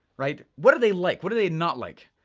right? what are they like, what are they not like?